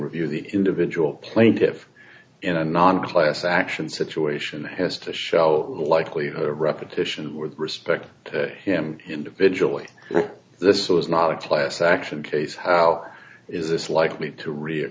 review of the individual plaintiffs in a non class action situation has to show a likelihood of repetition with respect to him individually this was not a class action case how is this likely to re